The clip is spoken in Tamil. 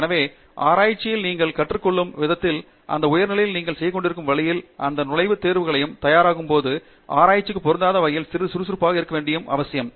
எனவே ஆராய்ச்சியில் நீங்கள் கற்றுக் கொள்ளும் விதத்தில் இந்த உயர்நிலையில் நீங்கள் செய்துகொண்டிருக்கும் வழியில் அல்லது இந்த நுழைவுத் தேர்வுகளுக்குத் தயாராகும்போது ஆராய்ச்சிக்கு பொருந்தாத வகையில் சிறிது சுறுசுறுப்பாக இருக்க வேண்டியது அவசியம்